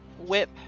whip